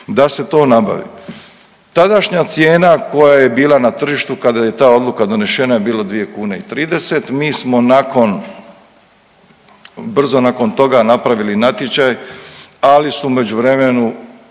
da se to nabavi. Tadašnja cijena koja je bila na tržištu kada je ta odluka donešena je bila 2 kune i 30. Mi smo nakon, brzo nakon toga napravili natječaj ali su u međuvremenu